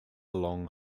long